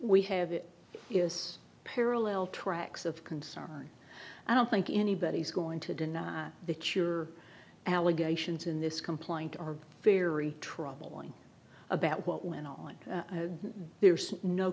we have it is parallel tracks of concern i don't think anybody's going to deny the cure allegations in this complaint are very troubling about what went on there's no